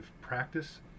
practice